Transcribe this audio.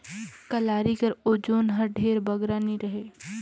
कलारी कर ओजन हर ढेर बगरा नी रहें